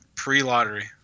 pre-lottery